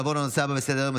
נעבור לנושא הבא בסדר-היום,